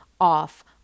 off